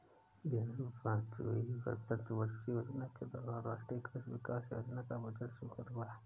ग्यारहवीं पंचवर्षीय योजना के दौरान राष्ट्रीय कृषि विकास योजना का बजट स्वीकृत हुआ